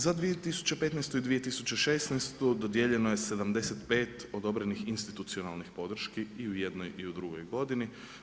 Za 2015. i 2016. dodijeljeno je 75 odobrenih institucijalnih podršci i u jednoj i u drugoj godini.